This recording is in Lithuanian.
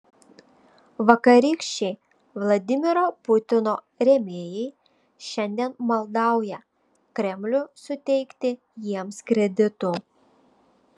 vakarykščiai vladimiro putino rėmėjai šiandien maldauja kremlių suteikti jiems kreditų